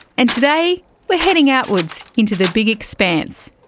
and today we're heading outwards into the big expanse,